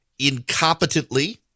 incompetently